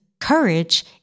Courage